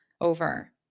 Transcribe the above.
over